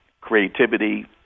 creativity